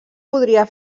podria